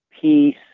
peace